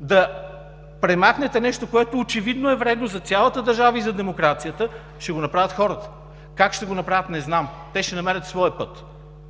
да премахнете нещо, което очевидно е вредно за цялата държава и за демокрацията, ще го направят хората. Как ще го направят – не знам. Те ще намерят своя път.